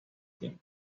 tiempo